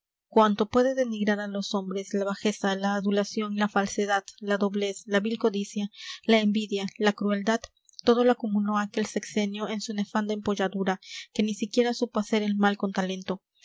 cuanto puede denigrar a los hombres la bajeza la adulación la falsedad la doblez la vil codicia la envidia la crueldad todo lo acumuló aquel sexenio en su nefanda empolladura que ni siquiera supo hacer el mal con talento